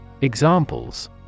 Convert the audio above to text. Examples